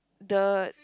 the